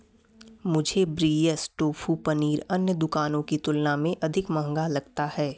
मुझे ब्रियस टोफू पनीर अन्य दुकानों की तुलना में अधिक महँगा लगता है